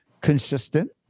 consistent